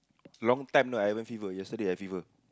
long time no I haven't fever yesterday I fever